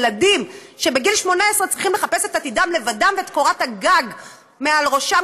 ילדים שבגיל 18 צריכים לחפש את עתידם לבדם ואת קורת הגג מעל ראשם,